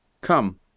Come